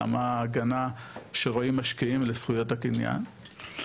אלא מה ההגנה שרואים משקיעים לזכויות הקניין,